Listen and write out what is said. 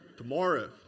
Tomorrow